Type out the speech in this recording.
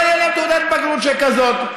לא תהיה להם תעודת בגרות שכזאת.